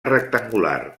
rectangular